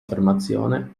affermazione